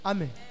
Amen